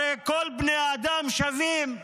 הרי כל בני האדם שווים,